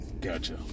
Gotcha